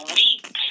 week